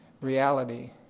reality